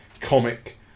comic